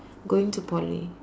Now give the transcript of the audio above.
going to Poly